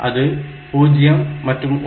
அது 0 மற்றும் 1